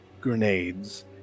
grenades